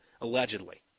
allegedly